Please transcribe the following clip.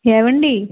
ఏవండి